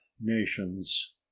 nations